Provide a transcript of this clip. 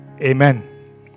Amen